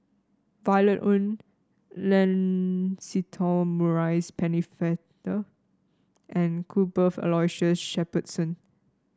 Violet Oon Lancelot Maurice Pennefather and Cuthbert Aloysius Shepherdson